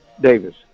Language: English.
Davis